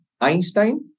Einstein